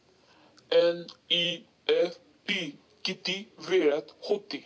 NEFT किती वेळात होते?